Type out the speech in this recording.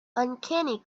uncanny